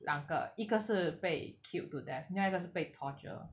两个一个是被 killed to death 另外一个是被 torture